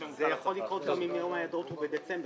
זה יכול לקרות גם אם יום ההיעדרות הוא בדצמבר.